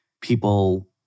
people